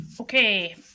Okay